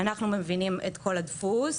אנחנו מבינים את כל הדפוס.